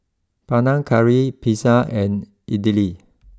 Panang Curry Pizza and Idili